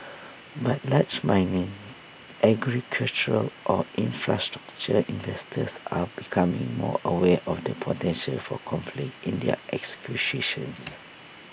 but large mining agricultural or infrastructure investors are becoming more aware of the potential for conflict in their acquisitions